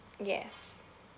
yes